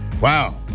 Wow